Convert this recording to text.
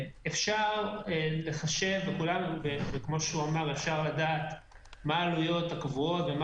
אפשר לחשב ולדעת מה העלויות הקבועות ומה